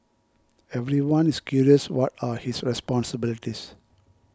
everyone is curious what are his responsibilities